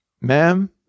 Ma'am